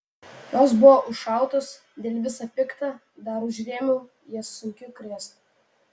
jos buvo užšautos dėl visa pikta dar užrėmiau jas sunkiu krėslu